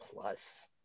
plus